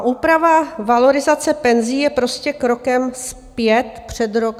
Úprava valorizace penzí je prostě krokem zpět před rok 2018.